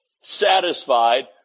satisfied